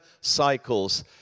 cycles